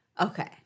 Okay